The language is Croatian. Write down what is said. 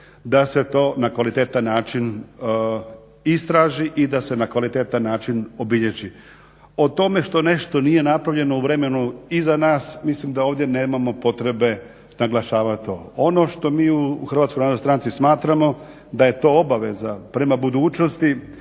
da se to na kvalitetan način istraži i da se na kvalitetan način obilježi. O tome što nešto nije napravljeno u vremenu iza nas mislim da ovdje nemamo potrebe naglašavat to. Ono što mi u HNS-u smatramo, da je to obaveza prema budućnosti